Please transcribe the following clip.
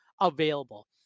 available